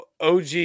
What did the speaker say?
og